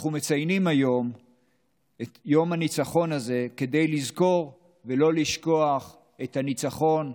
אנחנו מציינים היום את יום הניצחון הזה כדי לזכור ולא לשכוח את הניצחון,